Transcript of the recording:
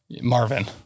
Marvin